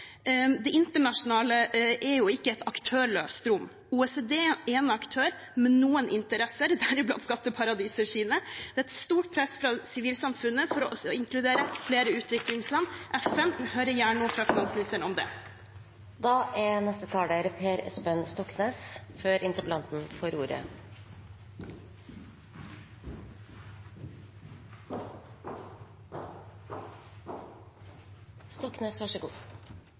det internasjonale rommet ikke er et aktørløst rom – OECD er en aktør med noen interesser, deriblant skatteparadisers. Det er et stort press fra sivilsamfunnet for å inkludere flere utviklingsland og FN. Jeg vil gjerne høre noe om det fra finansministeren.